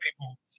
people